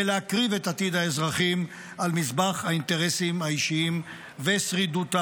ולהקריב את עתיד האזרחים על מזבח האינטרסים האישיים ושרידותה.